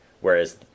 Whereas